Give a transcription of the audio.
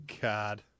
God